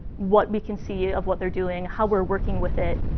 what we can see of what they're doing, how we're working with it.